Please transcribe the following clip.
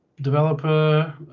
developer